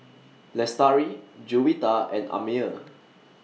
Lestari Juwita and Ammir